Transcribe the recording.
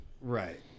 right